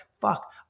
fuck